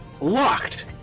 locked